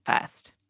first